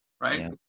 right